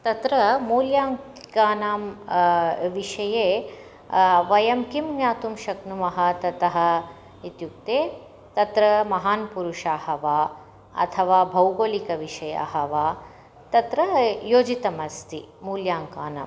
तत्र मूल्याङ्कानां विषये वयं किं ज्ञातुं शक्नुमः ततः इत्युक्ते तत्र महान् पुरुषः वा अथवा भौगोलिकविषयाः वा तत्र योजितमस्ति मूल्याङ्कानां